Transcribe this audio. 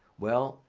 well,